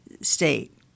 State